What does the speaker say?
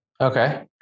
Okay